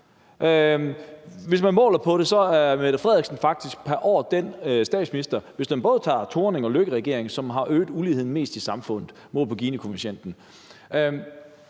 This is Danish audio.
Hvis man måler på det, er Mette Frederiksen faktisk pr. år den statsminister – hvis man både tager Thorning- og Løkkeregeringen – som har øget uligheden mest i samfundet målt på Ginikoefficienten.